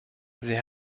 sie